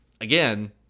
again